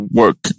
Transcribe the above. work